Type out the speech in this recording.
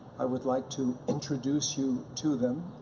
i would like to introduce you to them,